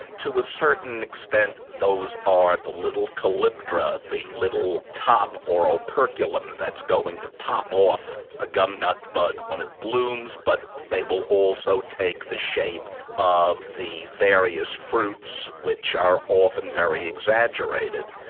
to a certain extent those are the little calyptra, the little top or operculum and that's going to pop off a gumnut bud when it blooms, but they will also take the shape of the various fruits which are often very exaggerated.